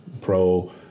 pro